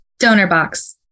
DonorBox